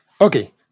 Okay